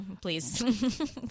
please